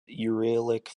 uralic